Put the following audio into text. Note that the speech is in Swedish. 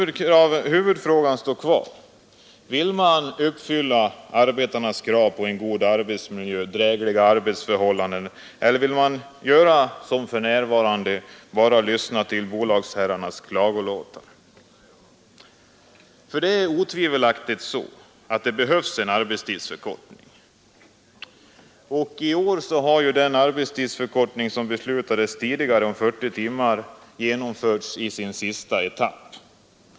Nej, huvudfrågan står kvar: Vill man uppfylla arbetarnas krav på drägliga arbetsförhållanden, eller vill man fortsätta att göra som man gör för närvarande, nämligen bara lyssna till bolagsherrarnas klagolåtar? Det behövs otvivelaktigt en arbetstidsförkortning. I år har sista etappen genomförts i den arbetstidsförkortning till 40 timmar som tidigare har beslutats.